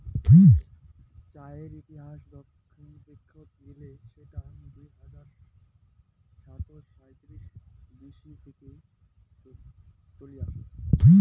চায়ের ইতিহাস দেখত গেলে সেটা দুই হাজার সাতশ সাঁইত্রিশ বি.সি থেকে চলি আসছে